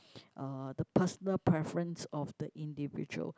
uh the personal preference of the individual